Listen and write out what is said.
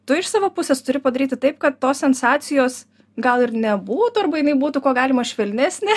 tu iš savo pusės turi padaryti taip kad tos sensacijos gal ir nebūtų arba jinai būtų kuo galima švelnesnė